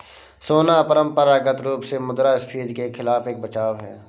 सोना परंपरागत रूप से मुद्रास्फीति के खिलाफ एक बचाव है